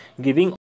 giving